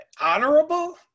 Honorable